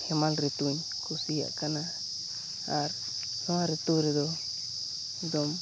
ᱦᱮᱢᱟᱞ ᱨᱤᱛᱩᱧ ᱠᱩᱥᱤᱭᱟᱜ ᱠᱟᱱᱟ ᱟᱨ ᱱᱚᱣᱟ ᱨᱤᱛᱩᱨᱮᱫᱚ ᱮᱠᱫᱚᱢ